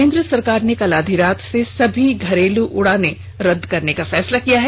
केन्द्र सरकार ने कल आधी रात से सभी घरेलू उड़ाने रद्द करने का फैसला किया है